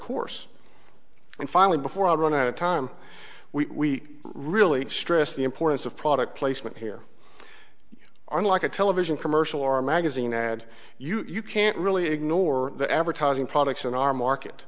course and finally before i run out of time we really stress the importance of product placement here unlike a television commercial or a magazine ad you can't really ignore the advertising products in our market